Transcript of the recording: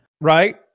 Right